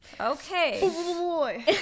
Okay